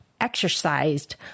exercised